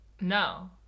No